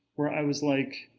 where i was like,